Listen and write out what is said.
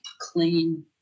clean